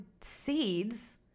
seeds